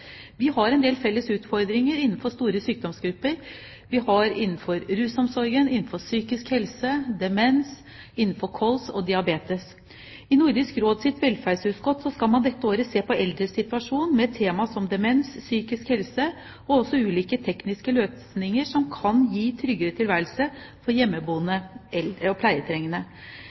innenfor rusomsorg og psykisk helse. I Nordisk Råds velferdsutskott skal man dette året se på de eldres situasjon med tema som demens og psykisk helse, og også på ulike tekniske løsninger som kan gi tryggere tilværelse for hjemmeboende eldre og pleietrengende.